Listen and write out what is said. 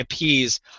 IPs